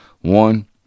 One